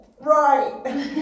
Right